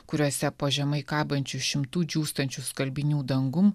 kuriose po žemai kabančių šimtų džiūstančių skalbinių dangum